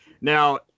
Now